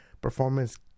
performance